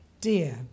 dear